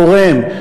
תורם,